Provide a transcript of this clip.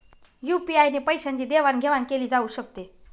UPI ने पैशांची देवाणघेवाण केली जाऊ शकते